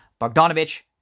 Bogdanovich